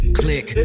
click